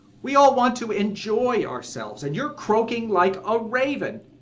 we all want to enjoy ourselves and you are croaking like a raven.